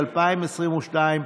התשפ"ב 2022,